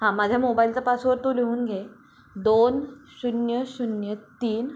हां माझ्या मोबाईलचा पासवड तू लिहून घे दोन शून्य शून्य तीन